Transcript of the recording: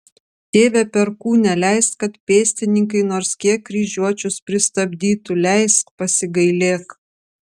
tėve perkūne leisk kad pėstininkai nors kiek kryžiuočius pristabdytų leisk pasigailėk